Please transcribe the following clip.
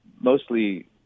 mostly